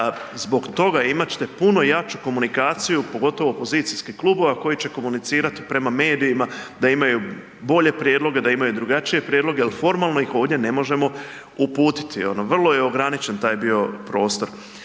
zbog toga i imat ćete puno jaču komunikaciju pogotovo opozicijskih klubova koji će komunicirati prema medijima da imaju bolje prijedloge, da imaju drugačije prijedloge jer formalno ih ovdje ne možemo uputiti ono vrlo je ograničen taj bio prostor.